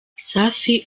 safi